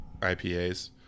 IPAs